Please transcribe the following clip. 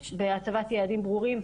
והצבת יעדים ברורים,